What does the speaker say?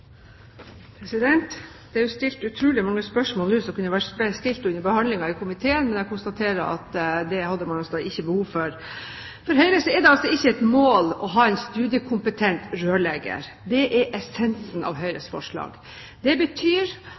Det er stilt utrolig mange spørsmål nå som kunne vært stilt under behandlingen i komiteen, men jeg konstaterer at det hadde man altså da ikke behov for. For Høyre er det ikke et mål å ha en studiekompetent rørlegger. Det er essensen i Høyres forslag. Det betyr